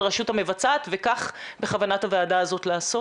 הרשות המבצעת וכך בכוונת הוועדה הזאת לעשות.